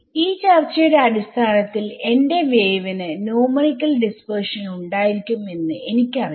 ഈ ചർച്ചയുടെ അടിസ്ഥാനത്തിൽ എന്റെ വേവിനു ന്യൂമറിക്കൽ ഡിസ്പെർഷൻ ഉണ്ടായിരിക്കും എന്ന് എനിക്ക് അറിയാം